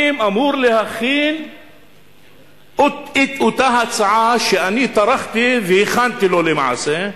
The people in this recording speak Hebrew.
אמור להכין את אותה הצעה שאני טרחתי והכנתי לו למעשה.